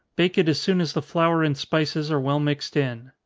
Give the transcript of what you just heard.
bake it as soon as the flour and spices are well mixed in.